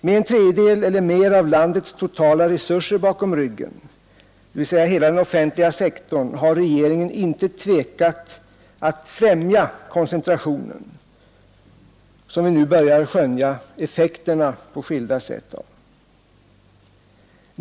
Med en tredjedel eller mer av landets totala resurser bakom ryggen — dvs. hela den offentliga sektorn — har regeringen inte tvekat att främja koncentrationen, något som vi nu börjar skönja effekterna av på skilda sätt.